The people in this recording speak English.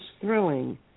thrilling